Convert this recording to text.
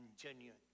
genuine